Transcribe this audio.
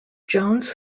jones